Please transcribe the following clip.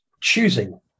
choosing